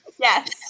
yes